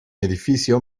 edificio